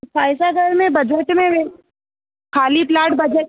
साइसागढ़ में बजेट में विहे ख़ाली प्लाट बजेट